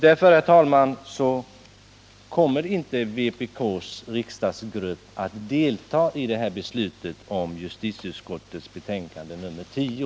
Därför, herr talman, kommer vpk:s riksdagsgrupp inte att delta i beslutet om justitieutskottets betänkande nr 10.